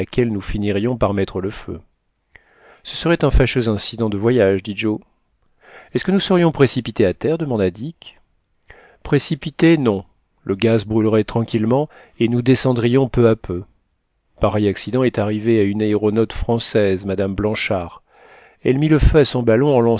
nous finirions par mettre le feu ce serait un fâcheux incident de voyage dit joe est-ce que nous serions précipités à terre demanda dick précipités non le gaz brûlerait tranquillement et nous descendrions peu à peu pareil accident est arrivé à une aéronaute française madame blanchard elle mit le feu à son ballon